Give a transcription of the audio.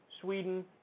Sweden